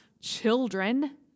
children